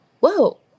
Whoa